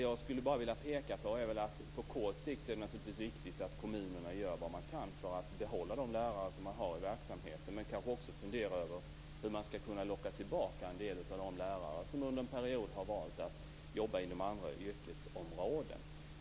Jag vill peka på att det är viktigt att kommunerna på kort sikt gör vad de kan för att behålla lärarna som finns i verksamheten, men också funderar över hur de lärare som under en period har valt att jobba inom andra yrkesområden kan lockas tillbaka.